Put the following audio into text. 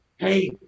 hey